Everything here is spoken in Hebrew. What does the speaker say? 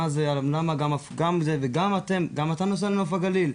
למה גם זה וגם אתם, גם אתה נוסע לנוף הגליל?